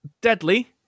Deadly